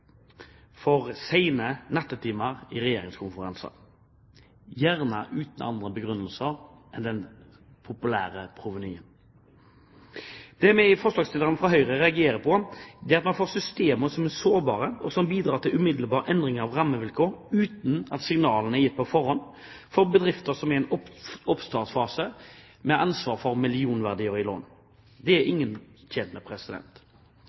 i sene nattetimer i regjeringskonferanser, gjerne uten andre begrunnelser enn det populære provenyet. Det vi forslagsstillere fra Høyre reagerer på, er at man får systemer som er sårbare, og som bidrar til umiddelbare endringer av rammevilkår uten at signaler er gitt på forhånd, for bedrifter som er i en oppstartsfase med ansvar for millionverdier i lån. Det er ingen tjent med. Dersom produksjon av andregenerasjons biodrivstoff skal være konkurransedyktig i